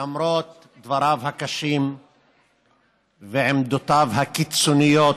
למרות דבריו הקשים ועמדותיו הקיצוניות,